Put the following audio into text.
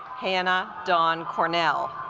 hannah dawn cornell